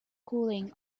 cooling